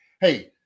Hey